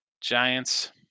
Giants